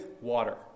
water